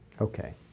Okay